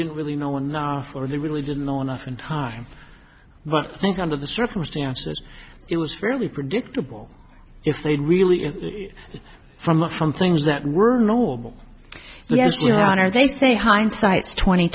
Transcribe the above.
didn't really know enough or they really didn't know enough in time but i think under the circumstances it was fairly predictable if they'd really from a from things that were noble yes your honor they say hindsight's twenty